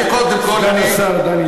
חבר הכנסת סגן השר דני דנון, נא לא להפריע.